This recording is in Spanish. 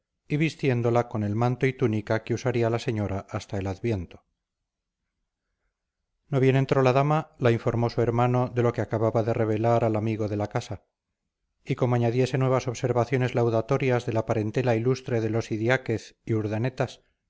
vistiéndola con el manto y túnica que usaría la señora hasta el adviento no bien entró la dama la informó su hermano de lo que acababa de revelar al amigo de la casa y como añadiese nuevas observaciones laudatorias de la parentela ilustre de los idiáquez y urdanetas